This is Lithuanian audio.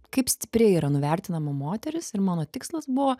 kaip stipriai yra nuvertinama moteris ir mano tikslas buvo